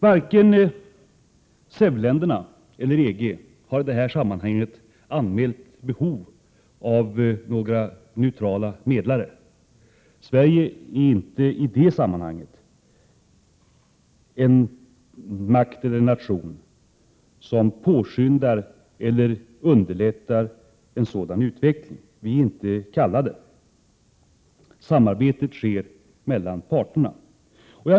Varken SEV-länderna eller EG har i det här sammanhanget anmält behov av några neutrala medlare. Sverige är inte i det sammanhanget en nation som påskyndar eller underlättar en sådan utveckling. Vi är inte kallade. Samarbetet sker mellan parterna.